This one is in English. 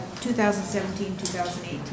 2017-2018